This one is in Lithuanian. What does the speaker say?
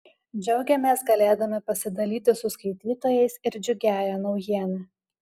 džiaugiamės galėdami pasidalyti su skaitytojais ir džiugiąja naujiena